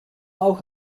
auch